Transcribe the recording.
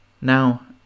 Now